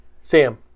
Sam